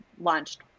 launched